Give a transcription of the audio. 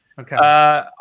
okay